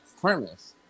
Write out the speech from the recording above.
premise